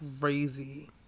crazy